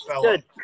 good